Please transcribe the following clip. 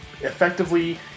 effectively